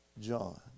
John